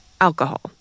Alcohol